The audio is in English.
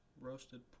roasted